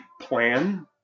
plan